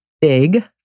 big